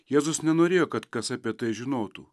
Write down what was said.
jėzus nenorėjo kad kas apie tai žinotų